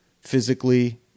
physically